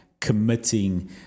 committing